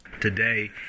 Today